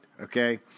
okay